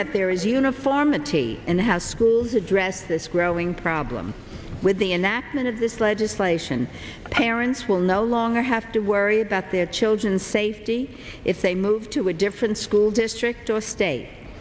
that there is uniformity in how schools address this growing problem with the enactment of this legislation parents will no longer have to worry about their children's safety if they move to a different school district or state